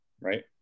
right